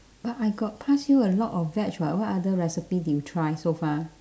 but I got pass you a lot of veg [what] what other recipe did you try so far